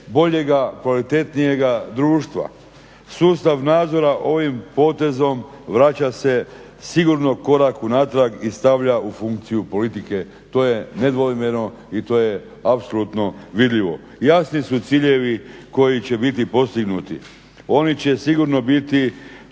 boljega, kvalitetnijega društva. Sustav nadzora ovim potezom vraća se sigurno korak unatrag i stavlja u funkciju politike, to je nedvojbeno i to je apsolutno vidljivo. Jasni su ciljevi koji će biti postignuti. Oni će sigurno biti